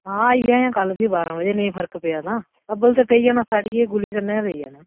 हां आई जाएआं कल्ल फ्ही बारां बजे नेईं फर्क पेआ तां अब्बल ते पेई जाना साह्ड़िये दी गुली कन्नै गै पेई जाना